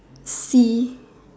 sea